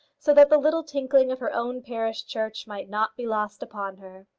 so that the little tinkling of her own parish church might not be lost upon her.